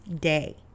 day